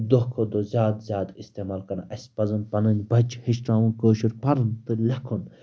دۄہ کھۄ دۄہ زیادٕ زیادٕ اِستعمال اَسہِ پَزَن پَنٕنۍ بَچہِ ہیٚچھناوُن کٲشٕر پَرُن تہٕ لٮ۪کھُن